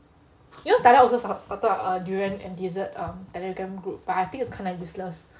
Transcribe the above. you know talia also started err a durian and dessert um telegram group but I think it's kind of useless